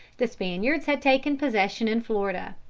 the spaniards had taken possession in florida.